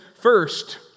first